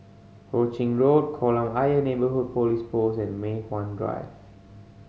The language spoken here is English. Hu Ching Road Kolam Ayer Neighbourhood Police Post and Mei Hwan Drive